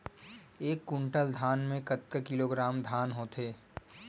एक कुंटल धान में कतका किलोग्राम धान होथे?